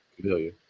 familiar